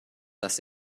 dass